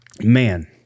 Man